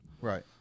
Right